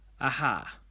Aha